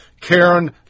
Karen